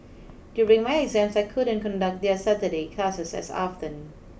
during my exams I couldn't conduct their Saturday classes as often